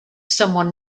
someone